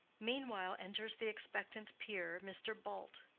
meanwhile enters the expectant peer, mr. bult,